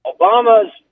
Obama's